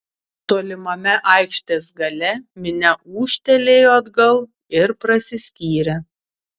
tolimame aikštės gale minia ūžtelėjo atgal ir prasiskyrė